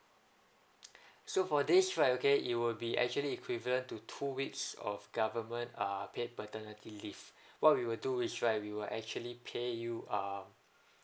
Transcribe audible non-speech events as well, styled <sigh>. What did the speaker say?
<noise> <breath> so for this right okay it will be actually equivalent to two weeks of government ah paid paternity leave <breath> what we will do is right we were actually pay you ah